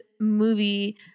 movie